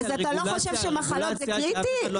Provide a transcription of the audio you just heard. אז אתה לא חושב שמחלות זה קריטי?